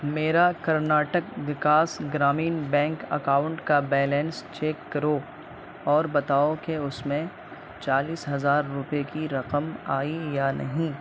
میرا Karnataka Vikas Grameen bank account کا balance check کرو اور بتاؤ کہ اس میں چالیس ہزار روپئے کی رقم آئی یا نہیں